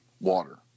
water